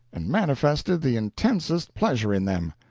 and manifested the intensest pleasure in them.